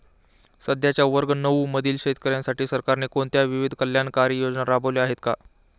सध्याच्या वर्ग नऊ मधील शेतकऱ्यांसाठी सरकारने कोणत्या विविध कल्याणकारी योजना राबवल्या आहेत?